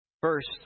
First